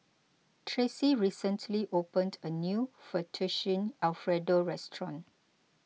Tracie recently opened a new Fettuccine Alfredo restaurant